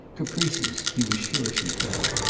caprices, he was sure she felt,